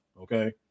Okay